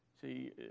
See